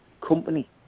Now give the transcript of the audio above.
Company